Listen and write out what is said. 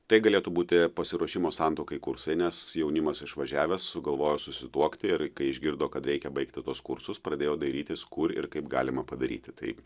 tai galėtų būti pasiruošimo santuokai kursai nes jaunimas išvažiavęs sugalvojo susituokti ir kai išgirdo kad reikia baigti tuos kursus pradėjo dairytis kur ir kaip galima padaryti tai